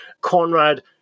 Conrad